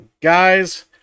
guys